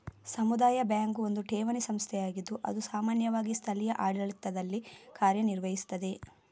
ಸಮುದಾಯ ಬ್ಯಾಂಕು ಒಂದು ಠೇವಣಿ ಸಂಸ್ಥೆಯಾಗಿದ್ದು ಅದು ಸಾಮಾನ್ಯವಾಗಿ ಸ್ಥಳೀಯ ಆಡಳಿತದಲ್ಲಿ ಕಾರ್ಯ ನಿರ್ವಹಿಸ್ತದೆ